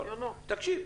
תקשיב,